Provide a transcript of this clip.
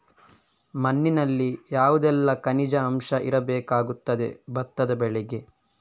ಮಣ್ಣಿನಲ್ಲಿ ಯಾವುದೆಲ್ಲ ಖನಿಜ ಅಂಶ ಇರಬೇಕಾಗುತ್ತದೆ ಭತ್ತದ ಬೆಳೆಗೆ?